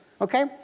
okay